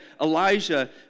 Elijah